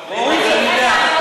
פרוש אני יודע.